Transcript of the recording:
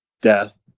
death